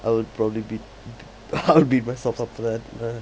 I would probably beat I'll beat myself up for that ah